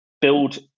build